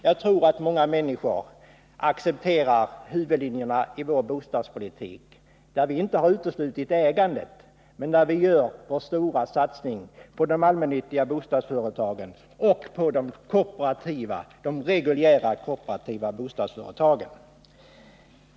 Jag tror att många människor accepterar huvudlinjerna i vår bostadspolitik, där vi inte utesluter ägandet men där vi gör vår stora satsning på de allmännyttiga bostadsföretagen och på de reguljära kooperativa bostadsföretagen.